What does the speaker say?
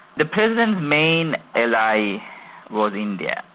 the president's main ally was india.